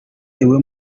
iwe